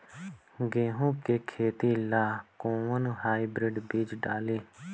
गेहूं के खेती ला कोवन हाइब्रिड बीज डाली?